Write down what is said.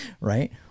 right